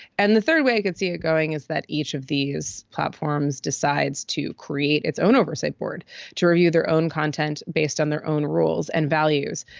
and the third way i could see it going is that each of these platforms decides to create its own oversight board to review their own content based on their own rules and values.